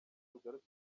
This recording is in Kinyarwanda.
tugaruke